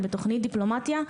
אני בתוכנית דיפלומטיה,